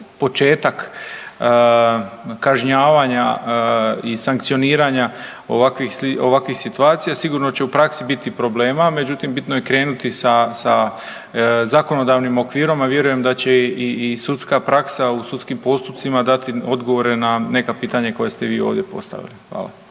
kažnjavanja i sankcioniranja ovakvih situacija. Sigurno će u praksi biti problema, međutim, bitno je krenuti sa zakonodavnim okvirom, a vjerujem da će i sudska praksa u sudskim postupcima dati odgovore na neka pitanja koja ste vi ovdje postavili. Hvala.